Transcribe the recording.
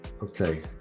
Okay